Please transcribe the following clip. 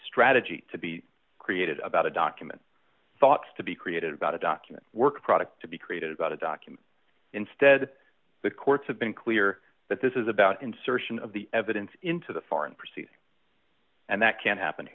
strategy to be created about a document thoughts to be created about a document work product to be created about a document instead the courts have been clear that this is about insertion of the evidence into the foreign proceeding and that can happen